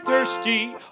Thirsty